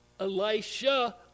Elisha